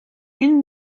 une